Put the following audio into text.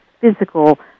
physical